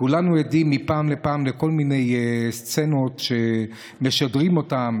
כולנו עדים מפעם לפעם לכל מיני סצנות שמשדרים אותן,